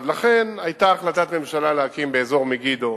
לכן היתה החלטת ממשלה להקים באזור מגידו